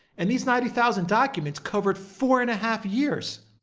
and these ninety thousand documents covered four and a half years,